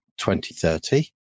2030